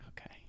Okay